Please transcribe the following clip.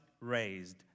raised